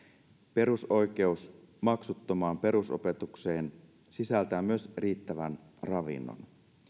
perusoikeus maksuttomaan perusopetukseen sisältää myös riittävän ravinnon